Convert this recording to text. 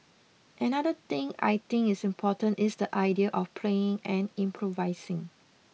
another thing I think is important is the idea of playing and improvising